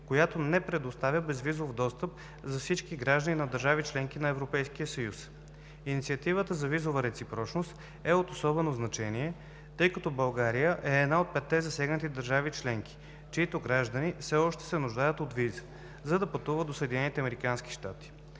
която не предоставя безвизов достъп за всички граждани на държави – членки на Европейския съюз. Инициативата за визова реципрочност е от особено значение, тъй като България е една от петте засегнати държави членки, чиито граждани все още се нуждаят от виза, за да пътуват до